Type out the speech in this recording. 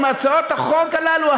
עם הצעות החוק הללו,